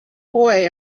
boy